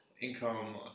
income